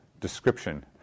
description